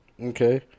Okay